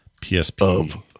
PSP